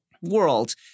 world